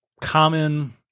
common